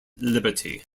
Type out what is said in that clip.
liberty